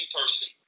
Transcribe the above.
person